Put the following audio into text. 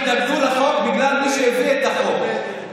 לא, הם התנגדו לחוק בגלל מי שהביא את החוק.